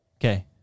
Okay